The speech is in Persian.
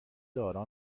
دارا